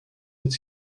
het